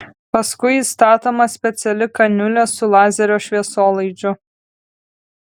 paskui įstatoma speciali kaniulė su lazerio šviesolaidžiu